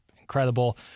incredible